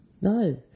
No